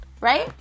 right